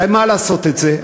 למה לעשות את זה?